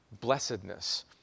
blessedness